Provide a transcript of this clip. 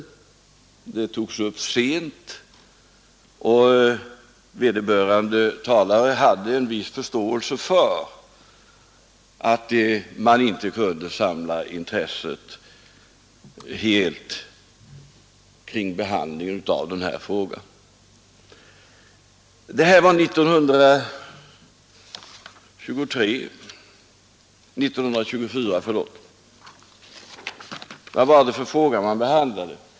Frågan togs upp sent, och vederbörande talare hade en viss förståelse för att man inte kunde samla intresset helt kring behandlingen av den. Detta var 1924, och vad var det för fråga man behandlade?